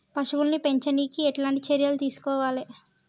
పశువుల్ని పెంచనీకి ఎట్లాంటి చర్యలు తీసుకోవాలే?